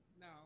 no